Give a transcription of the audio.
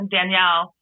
Danielle